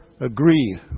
agree